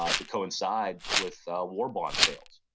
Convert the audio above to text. ah to coincide with war bond sales,